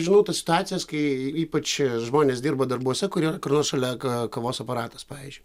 žinau tas situacijas kai ypač žmonės dirba darbuose kurie kur nors šalia ka kavos aparatas pavyzdžiui